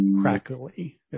crackly